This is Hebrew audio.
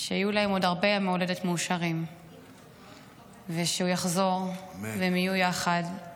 שיהיו להם עוד הרבה ימי הולדת מאושרים ושהוא יחזור והם יהיו יחד.